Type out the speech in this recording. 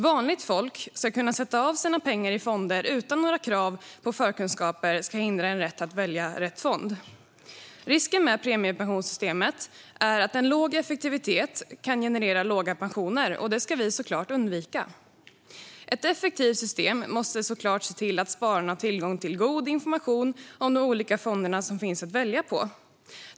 Vanligt folk ska kunna sätta av sina pengar i fonder utan att några krav på förkunskaper ska hindra dem från att välja rätt fond. Risken med premiepensionssystemet är att en låg effektivitet kan generera låga pensioner, och detta ska vi såklart undvika. Ett effektivt system måste självfallet se till att spararna har tillgång till god information om de olika fonder som finns att välja på.